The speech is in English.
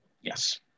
Yes